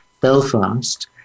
Belfast